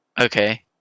Okay